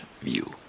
view